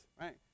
right